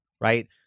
right